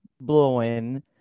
blowing